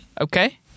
okay